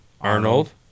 Arnold